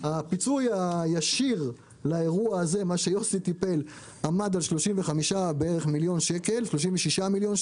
שהפיצוי הישיר לאירוע הזה שיוסי טיפל בו עמד על 36 מיליון שקל,